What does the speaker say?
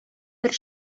бер